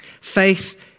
Faith